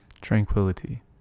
Tranquility